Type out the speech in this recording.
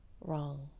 wrong